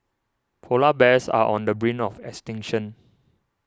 Polar Bears are on the brink of extinction